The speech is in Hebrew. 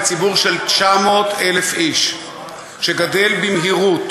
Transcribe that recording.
בציבור של 900,000 איש שגדֵל במהירות,